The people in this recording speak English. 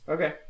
Okay